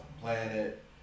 planet